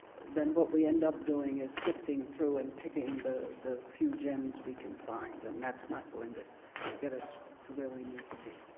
then what we end up doing is sifting through and picking the the few gems we can find. and that's not going to get us to where we need to be.